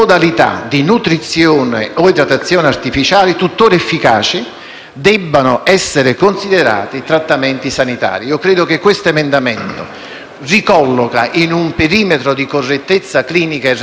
debbano essere considerati trattamenti sanitari». Credo che questo emendamento ricollochi in un perimetro di correttezza clinica, relazionale ed etica la nutrizione e l'idratazione. Detto in altri termini,